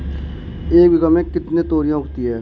एक बीघा में कितनी तोरियां उगती हैं?